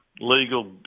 legal